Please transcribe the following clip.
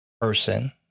person